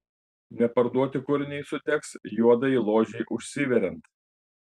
neparduoti kūriniai sudegs juodajai ložei užsiveriant